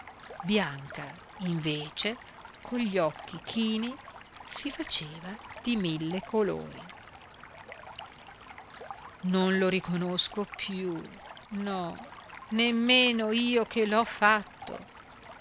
bianca invece cogli occhi chini si faceva di mille colori non lo riconosco più no nemmeno io che l'ho fatto